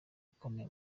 ukomeye